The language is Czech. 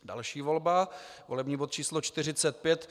Další volba volební bod č. 45.